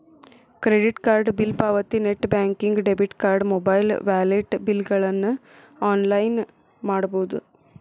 credit card bill ಪಾವತಿ net banking debit card mobile wallet ಬಿಲ್ಗಳನ್ನ online ಮಾಡಬೋದ್